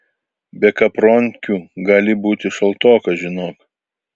be kapronkių gali būti šaltoka žinok